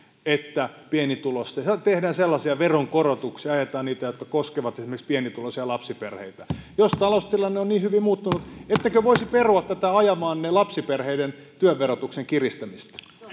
että pienituloisten siellä ajetaan sellaisia veronkorotuksia jotka koskevat esimerkiksi pienituloisia lapsiperheitä jos taloustilanne on niin hyvin muuttunut ettekö voisi perua tätä ajamaanne lapsiperheiden työn verotuksen kiristämistä